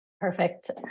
Perfect